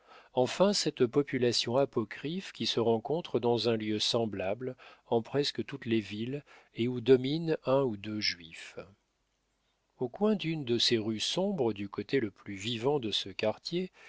enfin cette population apocryphe qui se rencontre dans un lieu semblable en presque toutes les villes et où dominent un ou deux juifs au coin d'une de ces rues sombres du côté le plus vivant de ce quartier